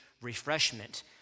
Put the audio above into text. refreshment